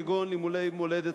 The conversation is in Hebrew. כגון לימודי מולדת,